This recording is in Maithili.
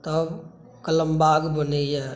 तब कलम बाग बनै यऽ